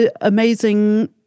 amazing